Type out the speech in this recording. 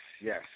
yes